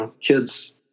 kids